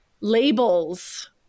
labels